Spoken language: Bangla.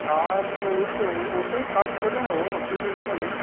আর ওইতো ওতেই কাজ করে নেব অসুবিধা কিছু নেই